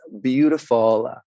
beautiful